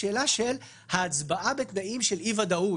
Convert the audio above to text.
היא על ההצבעה בתנאים של אי-ודאות.